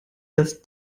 das